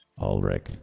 Ulrich